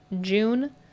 June